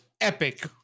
epic